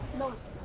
north?